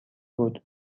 بود